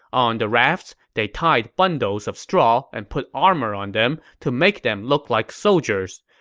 on the rafts, they tied bundles of straw and put armor on them to make them look like soldiers.